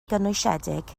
gynwysiedig